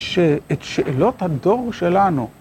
שאת שאלות הדור שלנו...